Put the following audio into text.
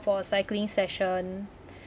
for a cycling session